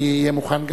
אני אהיה מוכן,